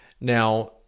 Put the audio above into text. Now